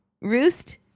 Roost